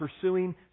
pursuing